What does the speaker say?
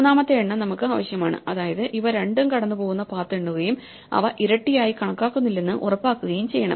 മൂന്നാമത്തെ എണ്ണം നമുക്ക് ആവശ്യമാണ് അതായത് ഇവ രണ്ടും കടന്നുപോകുന്ന പാത്ത് എണ്ണുകയും അവ ഇരട്ടിയായി കണക്കാക്കുന്നില്ലെന്ന് ഉറപ്പാക്കുകയും ചെയ്യേണം